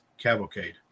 Cavalcade